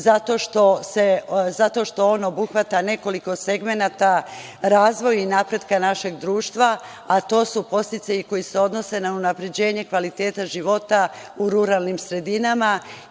zato što on obuhvata nekoliko segmenata, razvoj i napredak našeg društva, a to su podsticaji koji se odnose na unapređenje kvaliteta života u ruralnim sredinama